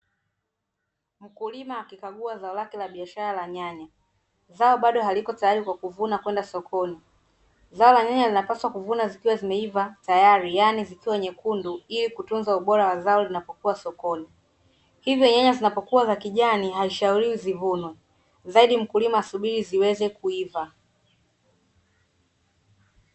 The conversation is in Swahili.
Mkulima akikagua za lake la biashara la nyanya zao bado haliko tayari kwa kuvuna kwenda sokoni. Zinapaswa kuvunwa zikiwa zimeiva tayari yaani zikiwa nyekundu ili kutunza ubora wa zao linapokuwa sokoni, hivyo nyanya zinapokuwa za kijani haishauri uzivunwa zaidi mkulima asubuhi ziweze kuiva.